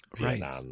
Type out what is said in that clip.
Right